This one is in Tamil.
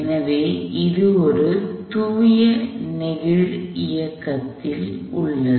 எனவே இது ஒரு தூய நெகிழ் இயக்கத்தில் உள்ளது